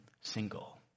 single